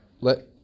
Let